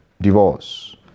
divorce